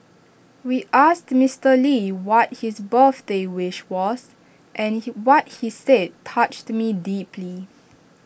we asked Mister lee what his birthday wish was and he what he said touched me deeply